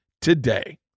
today